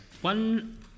one